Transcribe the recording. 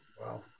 Wow